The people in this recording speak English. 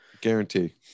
guarantee